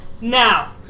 Now